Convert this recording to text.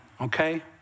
Okay